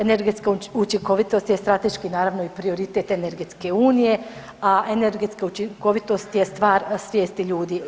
Energetska učinkovitost je strateški naravno i prioritet energetske unije, a energetska učinkovitost je stvar svijesti ljudi.